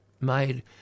made